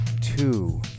two